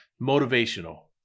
Motivational